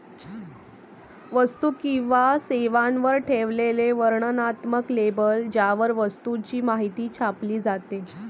वस्तू किंवा सेवांवर ठेवलेले वर्णनात्मक लेबल ज्यावर वस्तूची माहिती छापली जाते